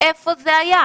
איפה זה היה.